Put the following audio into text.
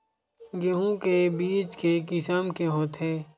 गेहूं के बीज के किसम के होथे?